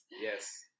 Yes